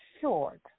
short